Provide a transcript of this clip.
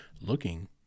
looking